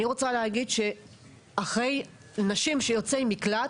אני רוצה להגיד שנשים יוצאות מקלט,